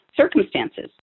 circumstances